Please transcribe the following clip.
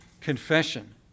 confession